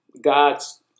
God's